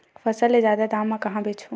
फसल ल जादा दाम म कहां बेचहु?